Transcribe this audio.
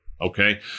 okay